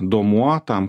duomuo tam